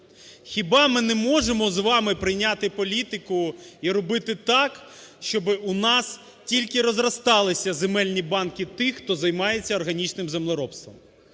Хіба ми не можемо з вами прийняти політику і робити так, щоб у нас тільки розросталися земельні банки тих, хто займається органічним землеробством?